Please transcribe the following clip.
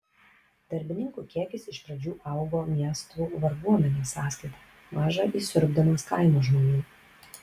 darbininkų kiekis iš pradžių augo miestų varguomenės sąskaita maža įsiurbdamas kaimo žmonių